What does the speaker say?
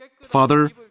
Father